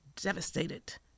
devastated